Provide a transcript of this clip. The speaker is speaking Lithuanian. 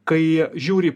kai žiūri